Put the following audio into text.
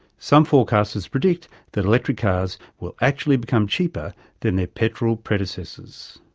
some forecasters predict that electric cars will actually become cheaper than their petrol predecessors.